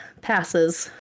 passes